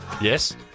Yes